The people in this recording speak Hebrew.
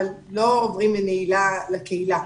אבל לא עוברים מנעילה לקהילה,